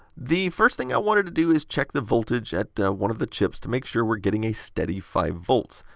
the first thing i wanted to do is check the voltage at one of the chips to make sure we're getting a steady five v.